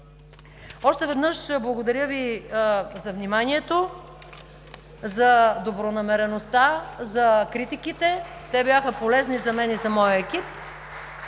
Още веднъж – благодаря Ви, за вниманието, за добронамереността, за критиките! Те бяха полезни за мен и за моя екип.